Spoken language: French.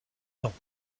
temps